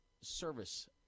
service